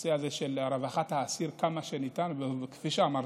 הנושא של רווחת האסיר כמה שניתן, כפי שאמרת.